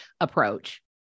approach